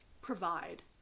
provide